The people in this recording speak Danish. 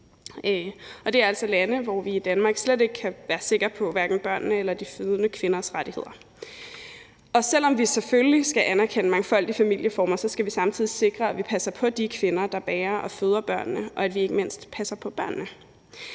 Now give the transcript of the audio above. altså lande, hvor vi i Danmark slet ikke kan være sikre på børnenes eller de fødende kvinders rettigheder. Selv om vi selvfølgelig skal anerkende mangfoldige familieformer, skal vi samtidig sikre, at vi passer på de kvinder, der bærer og føder børnene, og at vi ikke mindst passer på børnene.